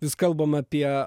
vis kalbam apie